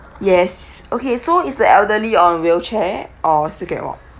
yes okay so is the elderly on wheelchair or still can walk